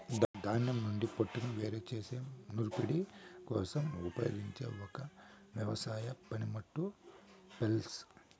ధాన్యం నుండి పోట్టును వేరు చేసే నూర్పిడి కోసం ఉపయోగించే ఒక వ్యవసాయ పనిముట్టు ఫ్లైల్